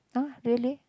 ah really